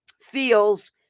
feels